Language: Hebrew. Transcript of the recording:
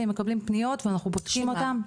ואנחנו בודקים אותם.